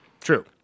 True